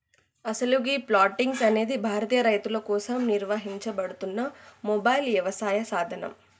అసలు గీ ప్లాంటిక్స్ అనేది భారతీయ రైతుల కోసం నిర్వహించబడుతున్న మొబైల్ యవసాయ సాధనం